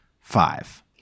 five